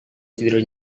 tidur